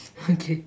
okay